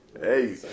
Hey